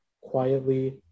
quietly